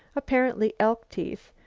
apparently elk teeth.